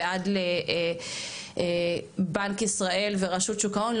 ועד לבנק ישראל ורשות שוק ההון,